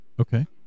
okay